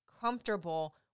comfortable